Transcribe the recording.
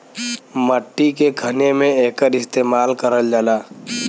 मट्टी के खने में एकर इस्तेमाल करल जाला